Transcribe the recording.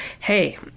Hey